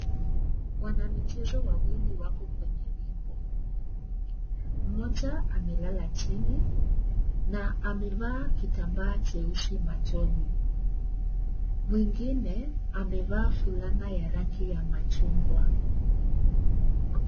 Wana michezo wawili wako kwenye wingo . Mmoja maelala chini na amevaa kitambaa cheusi machoni. Mwingine amevaa fulana ya rangi ya machungwa.